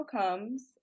comes